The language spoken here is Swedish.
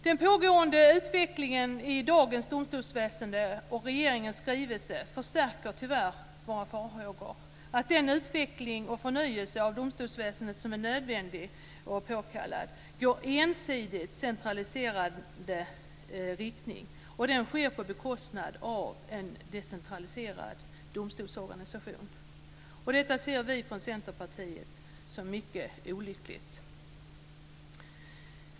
Den pågående utvecklingen i dagens domstolsväsende och regeringens skrivelse förstärker tyvärr våra farhågor att den utveckling och förnyelse av domstolsväsendet som är nödvändig och påkallad går i en ensidigt centraliserad riktning. Den sker på bekostnad av en decentraliserad domstolsorganisation. Detta ser vi från Centerpartiet som mycket olyckligt.